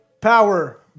Power